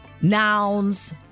nouns